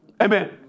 Amen